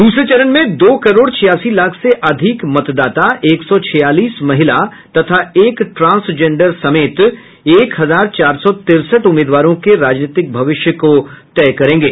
दूसरे चरण में दो करोड़ छियासी लाख से अधिक मतदाता एक सौ छियालीस महिला तथा एक ट्रांसजेंडर समेत एक हजार चार सौ तिरसठ उम्मीदवारों का राजनीतिक भविष्य तय करेंगे